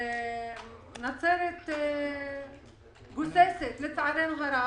נצרת גוססת לצערנו הרב,